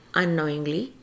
unknowingly